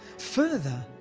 further,